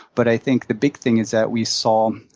but i think the big thing is that we saw